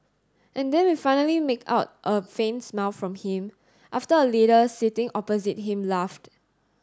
and then we finally make out a faint smile from him after a leader sitting opposite him laughed